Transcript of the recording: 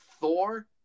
Thor